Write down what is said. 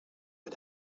but